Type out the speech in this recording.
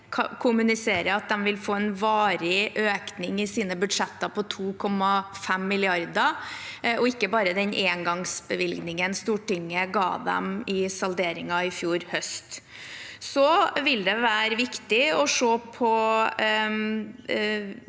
kommuniserer at de vil få en varig økning i sine budsjetter på 2,5 mrd. kr, og ikke bare den engangsbevilgningen Stortinget ga dem i salderingen i fjor høst. Det vil være viktig å se på